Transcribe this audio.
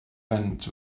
went